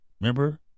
Remember